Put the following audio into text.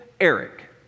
Eric